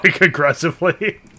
aggressively